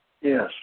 Yes